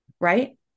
Right